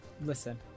Listen